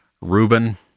Ruben